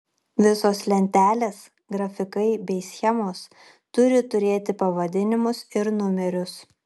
visos lentelės grafikai bei schemos turi turėti pavadinimus ir numerius